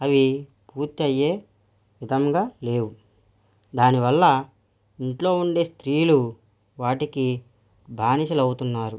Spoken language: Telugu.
అవి పూర్తి అయ్యే విధంగా లేవు దాని వల్ల ఇంట్లో ఉండే స్త్రీలు వాటికి బానిసలు అవుతున్నారు